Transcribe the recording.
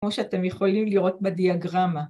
כמו שאתם יכולים לראות בדיאגרמה.